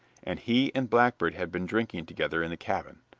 and he and blackbeard had been drinking together in the cabin.